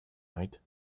night